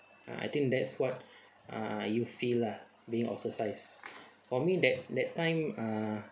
ah I think that's what ah you feel lah being ostracised for me that that time uh